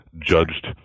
judged